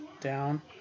down